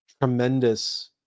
tremendous